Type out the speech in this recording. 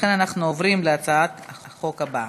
לכן, אנחנו עוברים להצעת החוק הבאה.